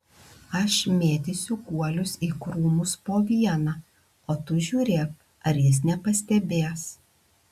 aš mėtysiu guolius į krūmus po vieną o tu žiūrėk ar jis nepastebės